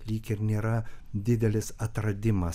lyg ir nėra didelis atradimas